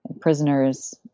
prisoners